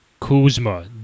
Kuzma